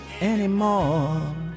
anymore